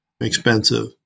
expensive